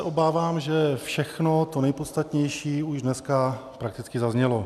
Obávám se, že všechno to nejpodstatnější už dneska prakticky zaznělo.